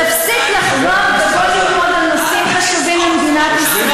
תפסיק, בנושאים חשובים למדינת ישראל.